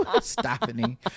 stopping